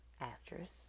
actress